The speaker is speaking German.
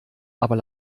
aber